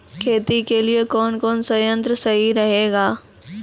खेती के लिए कौन कौन संयंत्र सही रहेगा?